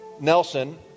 Nelson